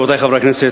רבותי חברי הכנסת,